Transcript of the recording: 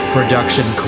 Production